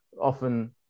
Often